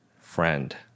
friend